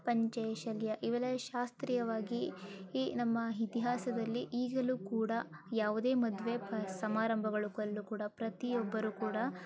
ಪಂಚೆ ಶಲ್ಯ ಇವೆಲ್ಲ ಶಾಸ್ತ್ರೀಯವಾಗಿ ಈ ನಮ್ಮ ಇತಿಹಾಸದಲ್ಲಿ ಈಗಲೂ ಕೂಡ ಯಾವುದೇ ಮದುವೆ ಸಮಾರಂಭಗಳಲ್ಲೂ ಕೂಡ ಪ್ರತಿಯೊಬ್ಬರೂ ಕೂಡ